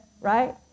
right